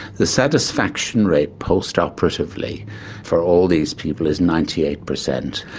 the satisfaction rate post-operatively for all these people is ninety eight percent.